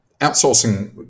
outsourcing